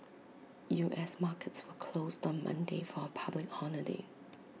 U S markets were closed on Monday for A public holiday